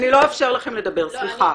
אני לא אאפשר לכם לדבר, סליחה.